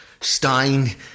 Stein